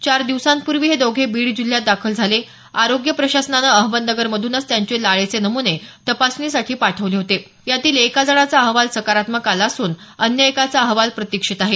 चार दिवसांपूर्वी हे दोघे बीड जिल्ह्यात दाखल झाले आरोग्य प्रशासनाने अहमदनगरमधूनच त्यांचे लाळेचे नमुने तपासणीसाठी पाठवले होते यातील एक जणांचा अहवाल हा सकारात्मक आला असून अन्य एकाचा अहवाल प्रतिक्षेत आहे